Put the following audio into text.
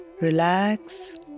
Relax